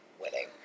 winning